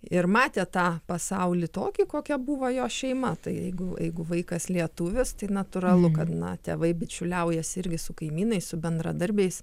ir matė tą pasaulį tokį kokia buvo jo šeima tai jeigu jeigu vaikas lietuvis tai natūralu kad na tėvai bičiuliaujasi irgi su kaimynais su bendradarbiais